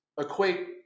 equate